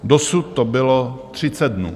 Dosud to bylo 30 dnů.